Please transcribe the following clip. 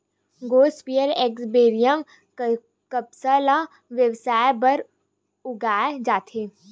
Gossypium arboreum कपसा ल बेवसाय बर उगाए जाथे